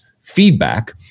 feedback